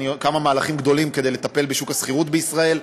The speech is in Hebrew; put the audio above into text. כמה מהלכים גדולים כדי לטפל בשוק השכירות בישראל,